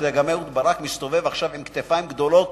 גם אהוד ברק מסתובב עכשיו עם כתפיים גדולות